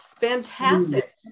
Fantastic